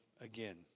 again